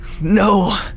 no